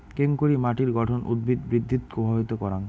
কেঙকরি মাটির গঠন উদ্ভিদ বৃদ্ধিত প্রভাবিত করাং?